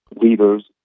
leaders